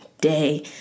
day